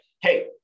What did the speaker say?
hey